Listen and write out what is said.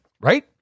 Right